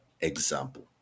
example